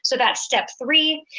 so that's step three.